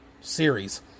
series